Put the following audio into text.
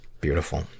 Beautiful